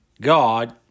God